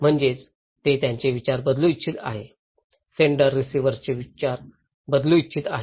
म्हणजेच ते त्यांचे विचार बदलू इच्छित आहेत सेंडर रिसीव्हरचे विचार बदलू इच्छित आहेत